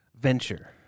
venture